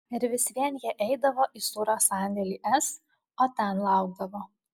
ir vis vien jie eidavo į sūrio sandėlį s o ten laukdavo